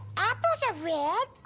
apples are red.